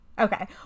Okay